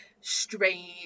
strange